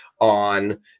on